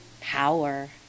power